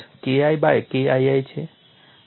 તેથી આ અક્ષ KI બાય KII છે